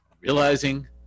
Realizing